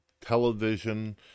television